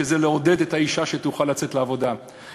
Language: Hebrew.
שנועדו לעודד את האישה שתוכל לצאת לעבודה,